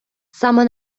саме